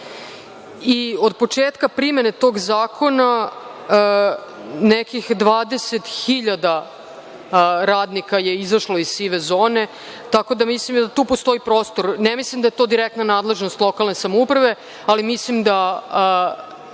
Od početka primene tog zakona, nekih 20 hiljada radnika je izašlo iz sive zone, tako da mislim da tu postoji prostor. Ne mislim da je to direktna nadležnost lokalne samouprave, ali mislim da